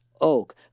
oak